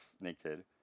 naked